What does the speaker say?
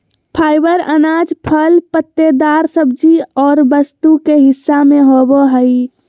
fibre अनाज, फल पत्तेदार सब्जी और वस्तु के हिस्सा में होबो हइ